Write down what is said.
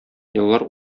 еллар